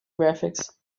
graphics